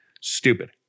Stupid